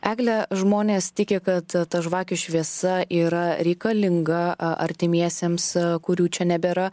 egle žmonės tiki kad ta žvakių šviesa yra reikalinga artimiesiems kurių čia nebėra